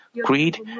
greed